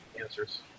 answers